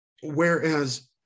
whereas